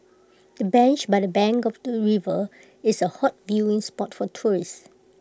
the bench by the bank of the river is A hot viewing spot for tourists